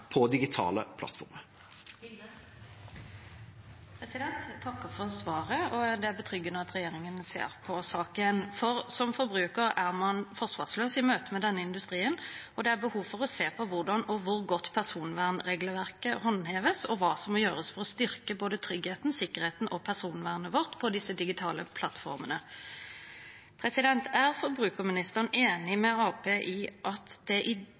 på digitale plattformer. Jeg takker for svaret. Det er betryggende at regjeringen ser på saken. Som forbruker er man forsvarsløs i møte med denne industrien, og det er behov for å se på hvordan, og hvor godt, personvernregelverket håndheves, og hva som må gjøres for å styrke både tryggheten, sikkerheten og personvernet vårt på disse digitale plattformene. Er forbrukerministeren enig med Arbeiderpartiet i at det denne forbrukeren opplevde i